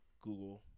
Google